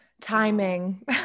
Timing